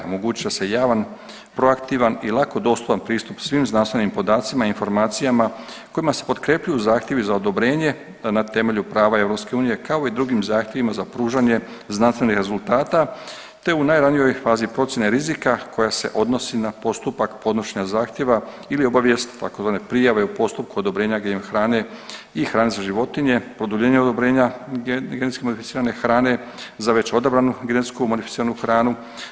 Omogućit će se javan, proaktivan i lako dostupan pristup svim znanstvenim podacima, informacijama kojima se potkrepljuju zahtjevi za odobrenje na temelju prava EU kao i u drugim zahtjevima za pružanje znanstvenih rezultata te u najranijoj fazi procjene rizika koja se odnosi na postupak podnošenja zahtjeva ili obavijest, tzv. prijave u postupku odobrenja GM hrane i hrane za životinje , produljenje odobrenja genski modificirane hrane za već odabranu genetsku modificiranu hranu.